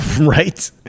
Right